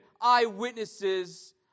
eyewitnesses